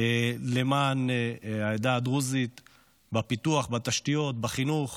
למען העדה הדרוזית בפיתוח, בתשתיות, בחינוך,